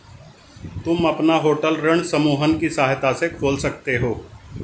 तुम अपना नया होटल ऋण समूहन की सहायता से खोल सकते हो